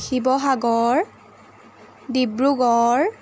Sivasagar Dibrugarh